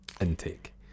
intake